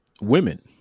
women